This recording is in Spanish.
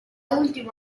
última